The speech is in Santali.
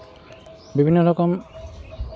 ᱵᱤᱵᱷᱤᱱᱱᱚ ᱨᱚᱠᱚᱢ